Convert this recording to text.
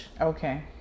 Okay